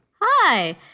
Hi